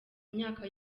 myaka